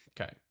Okay